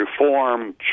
reform